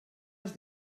els